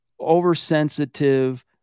oversensitive